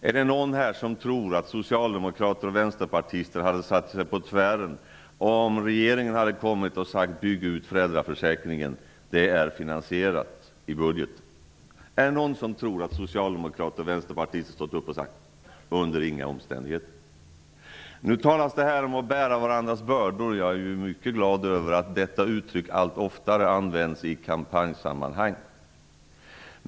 Är det någon här som tror att socialdemokrater och vänsterpartister hade satt sig på tvären om regeringen hade sagt att man skulle bygga ut föräldraförsäkringen och att det var finansierat i budgeten? Är det någon som tror att socialdemokrater och vänsterpartister då hade stått upp och sagt att det inte skulle göras under några omständigheter? Det talas om att bära varandras bördor. Jag är mycket glad över att detta uttryck allt oftare används i kampanjsammanhang.